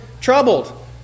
Troubled